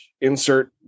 insert